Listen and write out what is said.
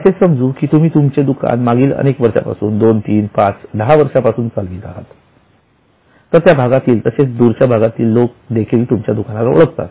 असे समजू की तुम्ही तुमचे दुकान मागील अनेक वर्षापासून 23510 वर्षापासून चालवीत आहात त्या भागातील तसेच दूरच्या भागातील लोक देखील तुमच्या दुकानाला ओळखतात